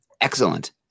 excellent